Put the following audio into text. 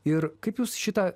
ir kaip jūs šitą